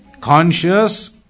conscious